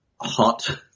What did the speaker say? hot